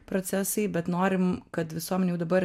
procesai bet norim kad visuomenė jau dabar